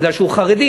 מפני שהוא חרדי.